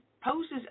poses